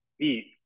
eat